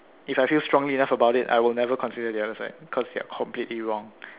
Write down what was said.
if I feel strongly enough about it I will never consider the other side because they're completely wrong